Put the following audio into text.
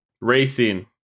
racing